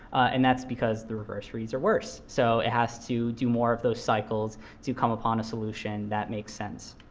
and that's because the reverse reads are worse. so it has to do more of those cycles to come upon a solution that makes sense.